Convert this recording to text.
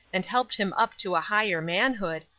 and helped him up to a higher manhood,